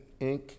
Inc